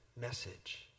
message